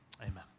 Amen